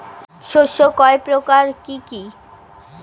শস্য কয় প্রকার কি কি?